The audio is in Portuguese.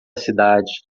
cidade